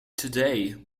today